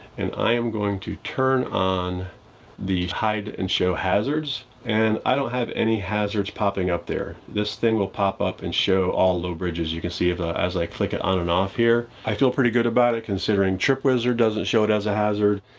and i am going to turn on the hide and show hazards, and i don't have any hazards popping up there. this thing will pop up and show all low bridges. you can see ah as i click it on and off here, i feel pretty good about it considering trip wizard doesn't show it as a hazard,